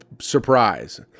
surprise